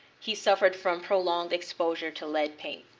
he suffered from prolonged exposure to lead paint.